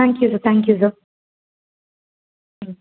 thank you sir thank you sir ம்